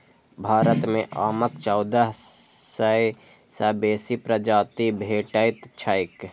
भारत मे आमक चौदह सय सं बेसी प्रजाति भेटैत छैक